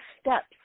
steps